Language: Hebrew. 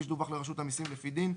כפי שדווח לרשות המסים לפי דין,